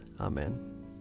Amen